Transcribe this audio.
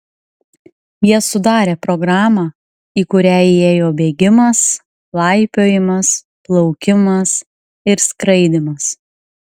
jie sudarė programą į kurią įėjo bėgimas laipiojimas plaukimas ir skraidymas